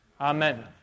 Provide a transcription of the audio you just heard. Amen